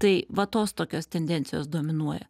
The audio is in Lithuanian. tai va tos tokios tendencijos dominuoja